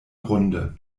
runde